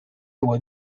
were